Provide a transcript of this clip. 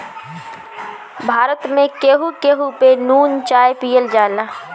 भारत में केहू केहू पे नून चाय पियल जाला